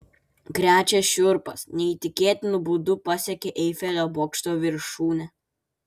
krečia šiurpas neįtikėtinu būdu pasiekė eifelio bokšto viršūnę